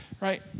right